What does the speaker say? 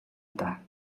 даа